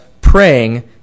praying